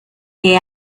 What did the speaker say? que